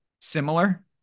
similar